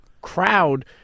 crowd